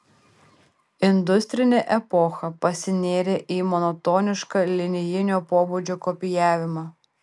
industrinė epocha pasinėrė į monotonišką linijinio pobūdžio kopijavimą